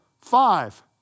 five